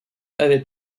avait